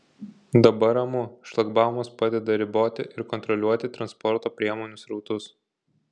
dabar ramu šlagbaumas padeda riboti ir kontroliuoti transporto priemonių srautus